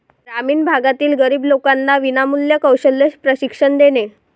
ग्रामीण भागातील गरीब लोकांना विनामूल्य कौशल्य प्रशिक्षण देणे